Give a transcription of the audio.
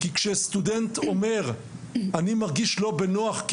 כשסטודנט אומר: אני מרגיש לא בנוח כי